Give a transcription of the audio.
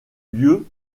lieu